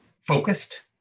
focused